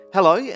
Hello